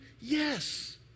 Yes